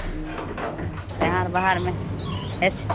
तऽ अहाँ आर बाहरमे अछि